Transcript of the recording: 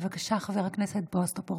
בבקשה, חבר הכנסת בועז טופורובסקי.